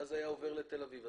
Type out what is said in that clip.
ואז היו עוברים לתל אביב.